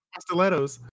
Stilettos